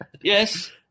yes